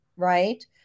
right